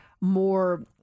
more